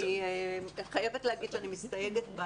אני חייבת לומר לפרוטוקול שאני מסתייגת .